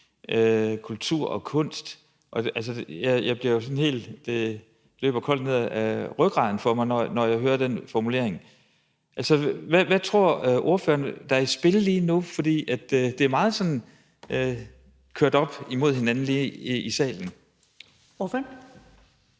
kultur og kunst. Det løber koldt ned ad ryggen på mig, når jeg hører den formulering. Hvad tror ordføreren der er i spil lige nu? For det er kørt meget op mod hinanden her i salen. Kl.